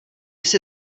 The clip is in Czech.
jsi